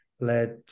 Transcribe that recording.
let